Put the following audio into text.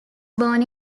born